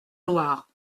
loire